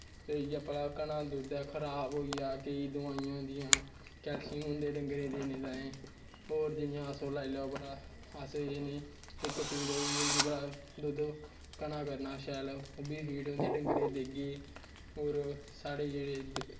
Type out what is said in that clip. के इ'यां घना दुद्ध ऐ खराक होई जा इ'यां होदियां कैल्शियम होंदे डंगरें गी देने ताईं होर जि'यां और लाई लाओ अस जि'यां इक फीड एह् होंदी भला दुद्ध घना करना शैल ओह् बी डंगरें गी देगे होर साढ़े जेह्ड़े